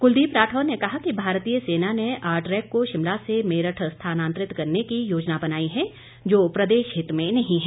कुलदीप राठौर ने कहा कि भारतीय सेना ने आरट्रैक को शिमला से मेरठ स्थानातंरित करने की योजना बनाई है जो प्रदेशहित में नहीं है